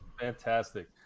fantastic